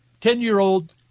Ten-year-old